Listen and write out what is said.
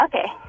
Okay